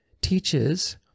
teaches